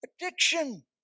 addiction